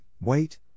wait